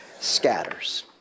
scatters